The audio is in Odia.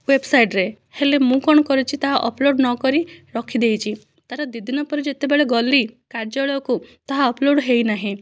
ୱେବସାଇଡ଼ରେ ହେଲେ ମୁଁ କ'ଣ କରିଛି ତାହା ଅପଲୋଡ଼ ନକରି ରଖିଦେଇଛି ତାର ଦୁଇ ଦିନ ପରେ ଯେତେବେଳେ ଗଲି କାର୍ଯ୍ୟାଳୟକୁ ତାହା ଅପଲୋଡ଼ ହୋଇନାହିଁ